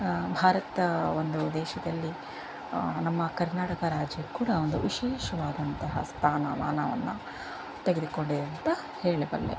ಭಾರತ ಒಂದು ದೇಶದಲ್ಲಿ ನಮ್ಮ ಕರ್ನಾಟಕ ರಾಜ್ಯ ಕೂಡ ಒಂದು ವಿಶೇಷವಾದಂತಹ ಸ್ಥಾನಮಾನವನ್ನು ತೆಗೆದುಕೊಂಡಿದೆ ಅಂತ ಹೇಳಬಲ್ಲೆ